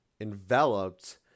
enveloped